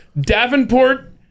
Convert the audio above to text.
Davenport